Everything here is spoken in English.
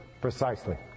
precisely